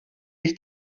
ich